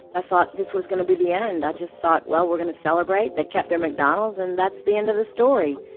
i thought this was going to be the end. i just thought, well, we're going to celebrate. they kept their mcdonald's, and that's the end of the story.